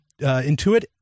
intuit